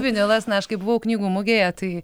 vinilas na aš kai buvau knygų mugėje tai